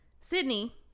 Sydney